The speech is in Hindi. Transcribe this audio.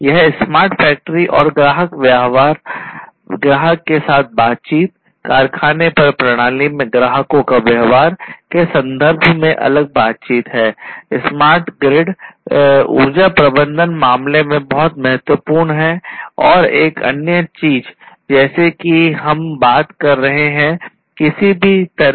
यह स्मार्ट फैक्टरी और ग्राहक व्यवहार ग्राहक के साथ बातचीत कारखाने पर प्रणाली में ग्राहकों का व्यवहार के संदर्भ में अलग बातचीत है